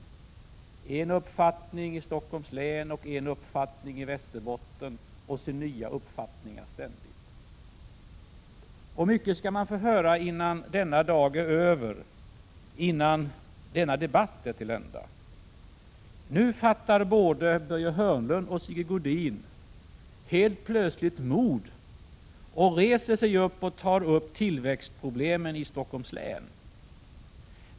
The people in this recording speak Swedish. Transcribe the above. Han har en uppfattning i Stockholms län och en annan i Västerbotten, och ständigt nya uppfattningar. Mycket skall man höra innan denna dag är över, innan denna debatt är till ända! Helt plötsligt fattar både Börje Hörnlund och Sigge Godin mod och reser sig upp och tar upp tillväxtproblemen i Stockholms län.